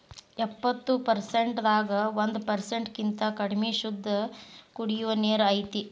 ಎಪ್ಪತ್ತು ಪರಸೆಂಟ್ ದಾಗ ಒಂದ ಪರಸೆಂಟ್ ಕಿಂತ ಕಡಮಿ ಶುದ್ದ ಕುಡಿಯು ನೇರ ಐತಿ